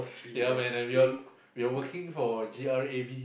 ya man and we're we're working for Grab